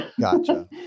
Gotcha